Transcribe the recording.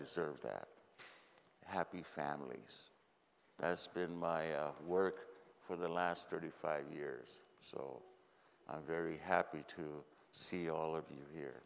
deserve that happy families that's been my work for the last thirty five years so i'm very happy to see all of you